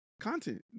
Content